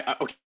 okay